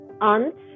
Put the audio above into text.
aunts